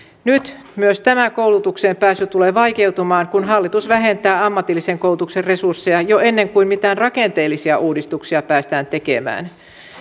nyt myös tämä koulutukseen pääsy tulee vaikeutumaan kun hallitus vähentää ammatillisen koulutuksen resursseja jo ennen kuin mitään rakenteellisia uudistuksia päästään tekemään